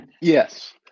Yes